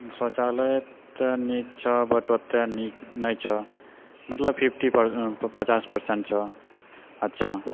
शौचालय तऽ नीक छौ बट ओते नीक नहि छौ मतलब फिफ्टीपर पचास परसेन्ट छौ अच्छा